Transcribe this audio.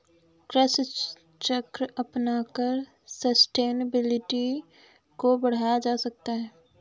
कृषि चक्र अपनाकर सस्टेनेबिलिटी को बढ़ाया जा सकता है